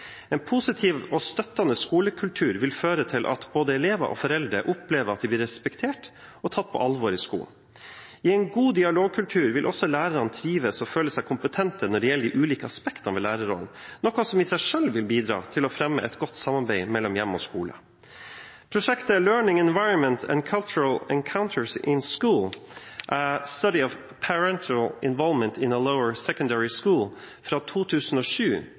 En positiv og støttende skolekultur vil føre til at både elever og foreldre opplever at de blir respektert og tatt på alvor i skolen. I en god dialogkultur vil også lærerne trives og føle seg kompetente når det gjelder de ulike aspektene ved lærerrollen, noe som i seg selv vil bidra til å fremme et godt samarbeid mellom hjem og skole. Prosjektet «Learning Environment and Cultural Encounters in School: A Study of Parental Involvement in a Lower Secondary School» fra 2007